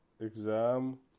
exam